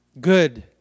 good